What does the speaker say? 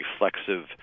reflexive